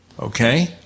Okay